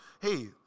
hey